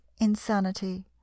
insanity